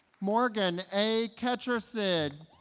morgan a. ketchersid